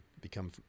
become